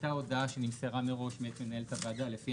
הייתה הודעה שנמסרה מראש מאת מנהלת הוועדה לפי